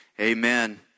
amen